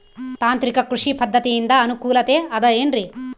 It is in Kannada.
ತಾಂತ್ರಿಕ ಕೃಷಿ ಪದ್ಧತಿಯಿಂದ ಅನುಕೂಲತೆ ಅದ ಏನ್ರಿ?